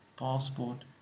passport